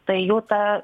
tai jų ta